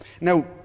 Now